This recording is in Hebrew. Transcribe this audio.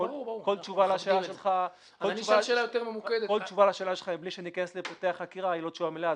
כל תשובה לשאלה שלך בלי שניכנס לפרטי החקירה היא לא תשובה מלאה,